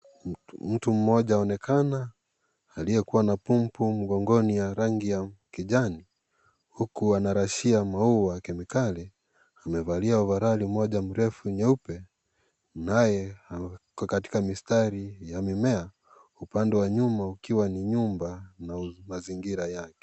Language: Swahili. Mtu huonekana aliyekuwa na bumbu mgongoni ya rangi ya kijani huku wanarashia maua kemikali. Amevalia ovaroli moja mrefu nyeupe naye katika mstari wa mmea upande wa nyuma, ukiwa ni nyumba na mazingira yake.